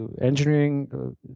engineering